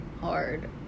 hard